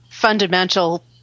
Fundamental